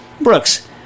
Brooks